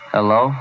Hello